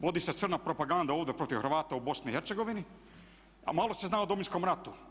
Vodi se crna propaganda ovdje protiv Hrvata u BiH a malo se zna o Domovinskom ratu.